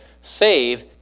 save